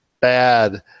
bad